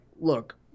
look